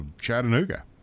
chattanooga